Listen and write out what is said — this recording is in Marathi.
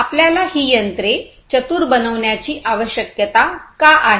आपल्याला ही यंत्रे चतुर बनवण्याची आवश्यकता का आहे